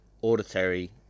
auditory